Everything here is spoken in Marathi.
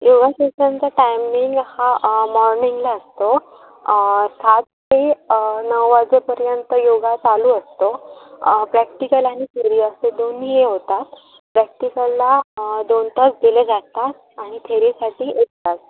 योगा सेशनचा टायमिंग हा मॉर्निंगला असतो सात ते नऊ वाजेपर्यंत योगा चालू असतो प्रॅक्टिकल आणि थेरी असे दोन्ही हे होतात प्रॅक्टिकलला दोन तास दिले जातात आणि थेरीसाठी एक तास